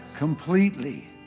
completely